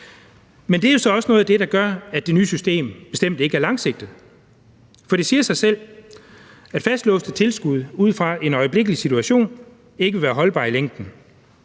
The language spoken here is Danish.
Men det er jo så også noget af det, der gør, at det nye system bestemt ikke er langsigtet. For det siger sig selv, at fastlåste tilskud ud fra en øjeblikkelig situation ikke vil være holdbart i længden.